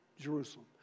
Jerusalem